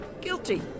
Guilty